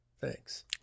Thanks